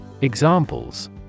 Examples